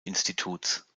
instituts